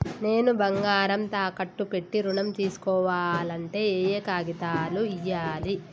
నేను బంగారం తాకట్టు పెట్టి ఋణం తీస్కోవాలంటే ఏయే కాగితాలు ఇయ్యాలి?